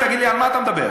תגיד לי, על מה אתה מדבר?